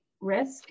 risk